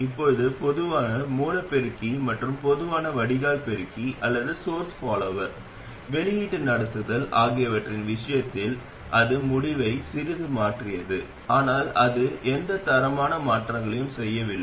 இப்போது பொதுவான மூல பெருக்கி மற்றும் பொதுவான வடிகால் பெருக்கி அல்லது சோர்ஸ் பாலோவர் வெளியீட்டு நடத்துதல் ஆகியவற்றின் விஷயத்தில் அது முடிவை சிறிது மாற்றியது ஆனால் அது எந்த தரமான மாற்றங்களையும் செய்யவில்லை